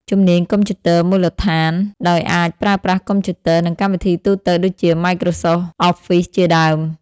ជំនាញកុំព្យូទ័រមូលដ្ឋាន ដោយអាចប្រើប្រាស់កុំព្យូទ័រ និងកម្មវិធីទូទៅ ដូចជា Microsoft Office ជាដើម។